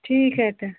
ठीक है त